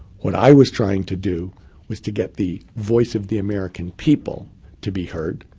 what i was trying to do was to get the voice of the american people to be heard,